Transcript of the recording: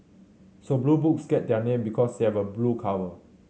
so Blue Books get their name because they have a blue cover